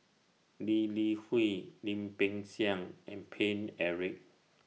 Lee Li Hui Lim Peng Siang and Paine Eric